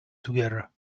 together